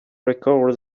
recover